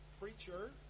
Preacher